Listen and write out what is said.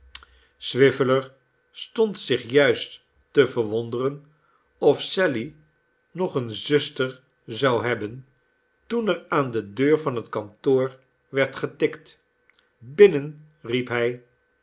swiveller stond zich juist te verwonderen of sally nog eene zuster zou hebben toen er aan de deur van het kantoor werd getikt binnen riep hij